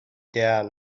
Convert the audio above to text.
down